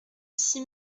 six